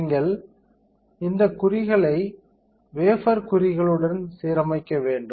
நீங்கள் இந்த குறிகளை வேஃபர் குறிகளுடன் சீரமைக்க வேண்டும்